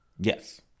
Yes